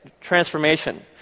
transformation